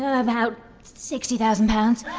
ah about sixty thousand pounds.